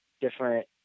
different